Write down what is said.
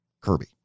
Kirby